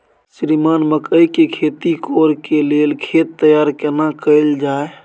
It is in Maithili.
श्रीमान मकई के खेती कॉर के लेल खेत तैयार केना कैल जाए?